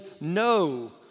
no